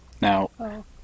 Now